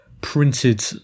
printed